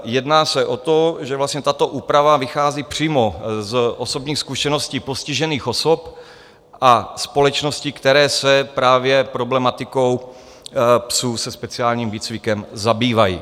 Jedná se o to, že vlastně tato úprava vychází přímo z osobních zkušeností postižených osob a společností, které se právě problematikou psů se speciálním výcvikem zabývají.